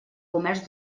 comerç